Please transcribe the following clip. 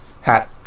hat